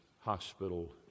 hospital